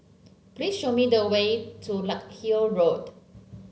please show me the way to Larkhill Road